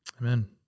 Amen